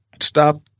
stop